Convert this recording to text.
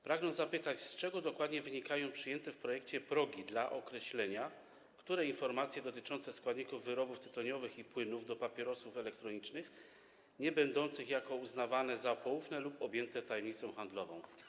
Pragnę zapytać, z czego dokładnie wynikają przyjęte w projekcie progi dla określenia, które informacje dotyczące składników wyrobów tytoniowych i płynów do papierosów elektronicznych nie będą uznawane za poufne lub objęte tajemnicą handlową.